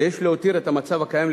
ויש להותיר את המצב הקיים,